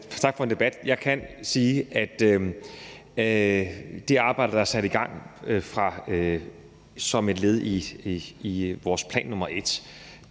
tak for debatten. Jeg kan sige, at en del af det arbejde, der er sat i gang som et led i vores plan, nemlig